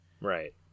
Right